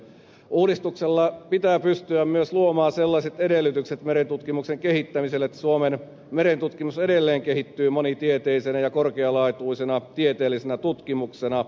uudistuksella pitää pystyä myös luomaan sellaiset edellytykset merentutkimuksen kehittämiselle että suomen merentutkimus edelleen kehittyy monitieteisenä ja korkealaatuisena tieteellisenä tutkimuksena